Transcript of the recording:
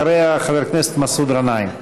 אחריה, חבר הכנסת מסעוד גנאים.